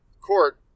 court